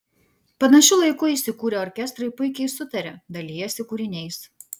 panašiu laiku įsikūrę orkestrai puikiai sutaria dalijasi kūriniais